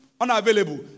unavailable